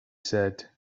said